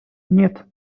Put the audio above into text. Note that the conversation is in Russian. нет